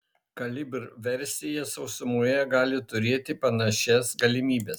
kalibr versija sausumoje gali turėti panašias galimybes